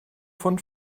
von